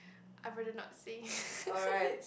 I rather not say